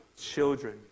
children